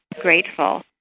grateful